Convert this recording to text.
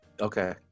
Okay